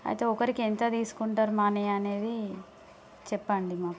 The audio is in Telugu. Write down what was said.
అయితే ఒకరికి ఎంత తీసుకుంటారు మనీ అనేది చెప్పండి మాకు